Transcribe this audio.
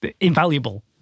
invaluable